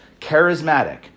charismatic